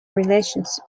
relations